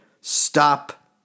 stop